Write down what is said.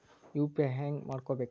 UPI ಹ್ಯಾಂಗ ಮಾಡ್ಕೊಬೇಕ್ರಿ?